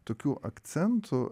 tokių akcentų